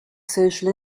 social